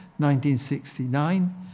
1969